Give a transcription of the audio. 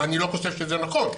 ואני לא חושב שזה נכון,